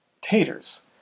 Taters